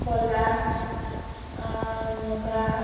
ক'লা মুগা